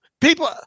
People